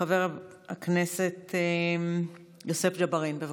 חבר הכנסת יוסף ג'בארין, בבקשה.